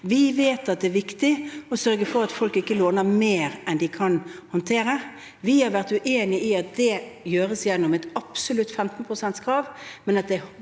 Vi vet at det er viktig å sørge for at folk ikke låner mer enn de kan håndtere. Vi har vært uenig i at det gjøres gjennom et absolutt 15 pst.-krav,